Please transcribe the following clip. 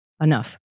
enough